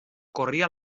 corria